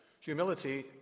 humility